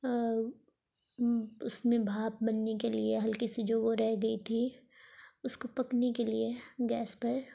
اس میں بھاپ بننے کے لیے ہلکی سی جو وہ رہ گئی تھی اس کو پکنے کے لیے گیس پر